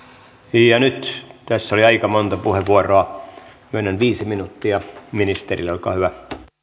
laskemassa nyt tässä oli aika monta puheenvuoroa myönnän viisi minuuttia ministerille olkaa hyvä